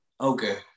Okay